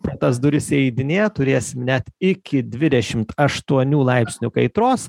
pro tas duris įeidinėja turės net iki dvidešimt aštuonių laipsnių kaitros